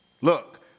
Look